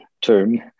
term